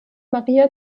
maria